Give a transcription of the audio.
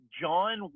John